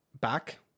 back